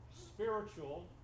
spiritual